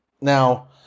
Now